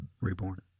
reborn